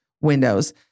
windows